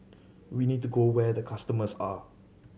we need to go where the customers are